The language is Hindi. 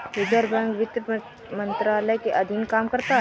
रिज़र्व बैंक वित्त मंत्रालय के अधीन काम करता है